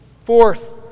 Fourth